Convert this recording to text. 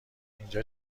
اینجا